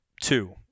two